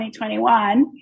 2021